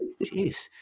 Jeez